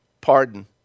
pardon